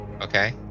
Okay